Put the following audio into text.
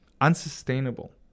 unsustainable